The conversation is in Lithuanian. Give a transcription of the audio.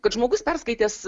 kad žmogus perskaitęs